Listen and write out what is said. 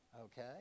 okay